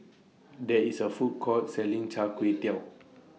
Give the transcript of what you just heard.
There IS A Food Court Selling Char Kway Teow